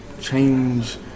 change